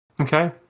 Okay